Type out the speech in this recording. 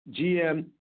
GM